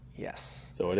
Yes